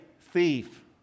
thief